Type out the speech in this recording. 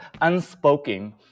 unspoken